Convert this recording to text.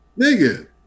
Nigga